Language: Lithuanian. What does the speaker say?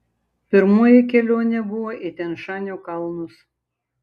pirmoji kelionė buvo į tian šanio kalnus